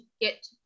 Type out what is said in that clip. get